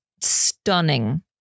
stunning